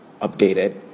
updated